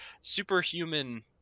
superhuman